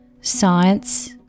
science